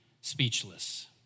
speechless